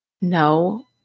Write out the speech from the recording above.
no